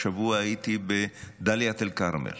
השבוע הייתי בדאלית אל-כרמל